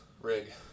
rig